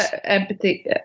empathy